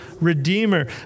redeemer